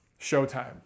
Showtime